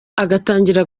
agatangira